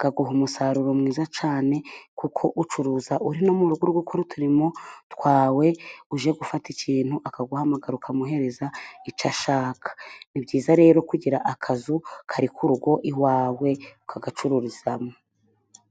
kaguha umusaruro mwiza cyane. Kuko ucuruza uri no mu rugo uri gukora uturimo twawe, uje gufata ikintu akaguhamagara ukamuhereza icyo ashaka. Ni byiza rero kugira akazu kari ku rugo iwawe ko gacururizamo.